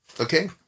Okay